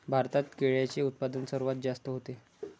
भारतात केळ्यांचे उत्पादन सर्वात जास्त होते